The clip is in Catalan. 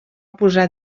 posar